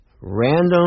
random